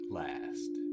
last